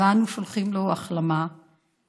ואנו שולחים לו ברכת החלמה מהירה.